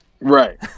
Right